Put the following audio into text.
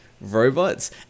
robots